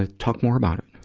ah talk more about it.